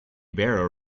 barrow